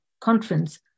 conference